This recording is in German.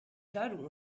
kleidung